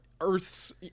Earth's